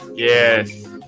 Yes